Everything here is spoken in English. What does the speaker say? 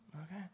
Okay